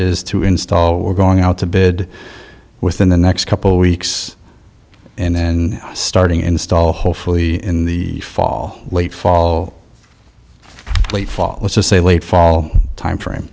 is to install we're going out to bid within the next couple weeks and then starting install hopefully in the fall late fall late fall was this a late fall timeframe